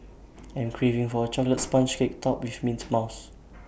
I am craving for A Chocolate Sponge Cake Topped with Mint Mousse